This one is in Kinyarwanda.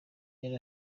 yari